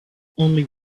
only